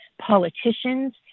politicians